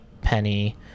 Penny